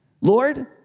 Lord